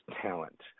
talent